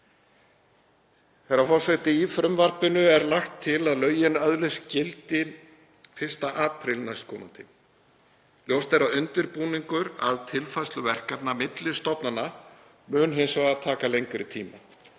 Herra forseti. Í frumvarpinu er lagt til að lögin öðlist gildi 1. apríl næstkomandi. Ljóst er að undirbúningur að tilfærslu verkefna milli stofnana mun hins vegar taka lengri tíma.